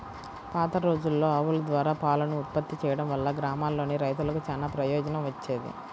పాతరోజుల్లో ఆవుల ద్వారా పాలను ఉత్పత్తి చేయడం వల్ల గ్రామాల్లోని రైతులకు చానా ప్రయోజనం వచ్చేది